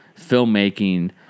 filmmaking